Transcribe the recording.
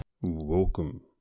Welcome